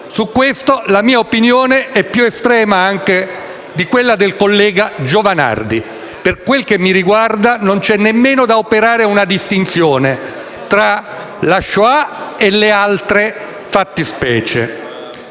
Su questo la mia opinione è anche più estrema di quella del collega Giovanardi: per quanto mi riguarda non c'è nemmeno da operare una distinzione tra la Shoah e le altre fattispecie.